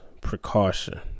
precaution